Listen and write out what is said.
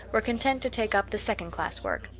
were content to take up the second class work.